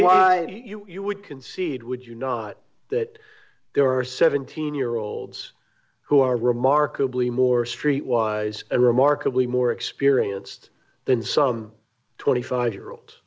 six you would concede would you not that there are seventeen year olds who are remarkably more streetwise a remarkably more experienced than some twenty five year old